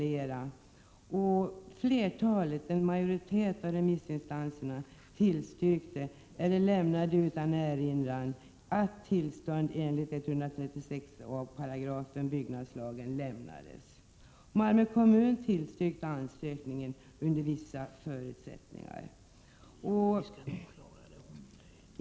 En majoritet av remissinstanserna tillstyrkte eller lämnade utan erinran att tillstånd enligt 136 a § byggnadslagen lämnades. Malmö kommun tillstyrkte ansökningen under vissa förutsättningar.